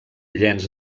llenç